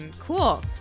Cool